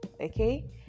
okay